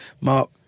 Mark